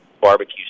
barbecue